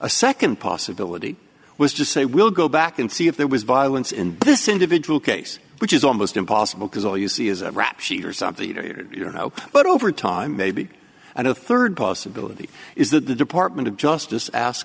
a second possibility was just say we'll go back and see if there was violence in this individual case which is almost impossible because all you see is a rap sheet or something you know but over time maybe and a third possibility is that the department of justice ask